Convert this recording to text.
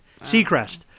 Seacrest